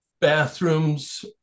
Bathrooms